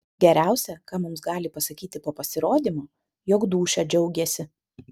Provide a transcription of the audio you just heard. geriausia ką mums gali pasakyti po pasirodymo jog dūšia džiaugėsi